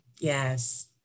Yes